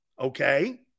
Okay